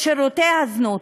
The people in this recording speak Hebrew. שירותי זנות.